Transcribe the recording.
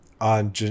on